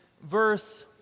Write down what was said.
verse